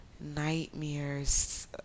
nightmares